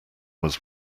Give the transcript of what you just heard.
was